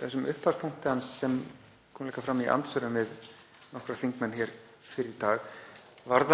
þessum upphafspunkti hans, sem kom líka fram í andsvörum við nokkra þingmenn hér fyrr í dag, að